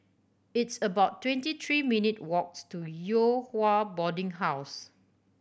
it's about twenty three minutes' walk to Yew Hua Boarding House